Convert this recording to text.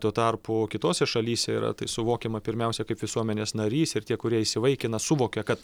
tuo tarpu kitose šalyse yra tai suvokiama pirmiausia kaip visuomenės narys ir tie kurie įsivaikina suvokia kad